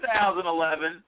2011